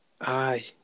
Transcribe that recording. aye